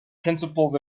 principles